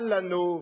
אל לנו,